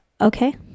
okay